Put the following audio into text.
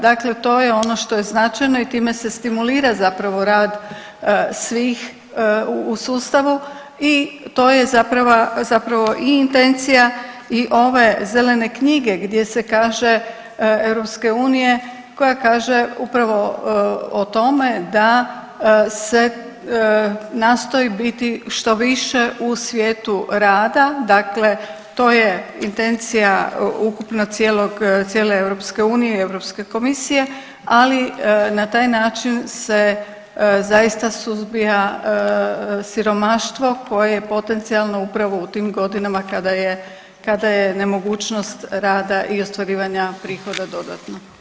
Dakle to je ono što je značajno i time se stimulira zapravo rad svih u sustavu i to je zapravo i intencija i ove zelene knjige gdje se kaže EU, koja kaže upravo o tome da se nastoj biti što više u svijetu rada, dakle to je intencija ukupno cijele EU i EK, ali na taj način se zaista suzbija siromaštvo koje je potencijalno upravo u tim godinama kada je nemogućnost rada i ostvarivanja prihoda dodatno.